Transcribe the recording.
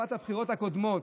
בתקופת הבחירות הקודמות,